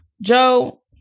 Joe